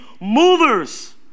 movers